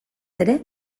ere